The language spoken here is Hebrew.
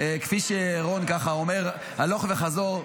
כפי שרון ככה אומר הלוך וחזור,